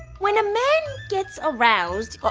when a man gets aroused.